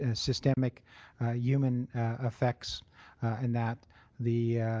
ah systemic human effects in that the